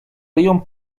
ryją